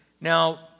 Now